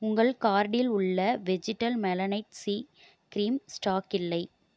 உங்கள் கார்ட்டில் உள்ள வெஜிடல் மெலனைட் சி க்ரீம் ஸ்டாக்கில்லை